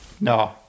No